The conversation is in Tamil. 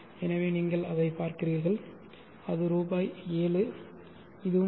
எனவே நீங்கள் அதை பார்க்கிறீர்கள் இது 7 ரூ இதுவும் 7 ரூ